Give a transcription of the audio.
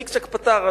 צ'יק-צ'ק פתר.